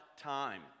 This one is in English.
time